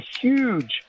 huge